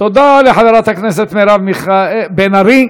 תודה לחברת הכנסת מירב מיכ- בן ארי.